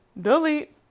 delete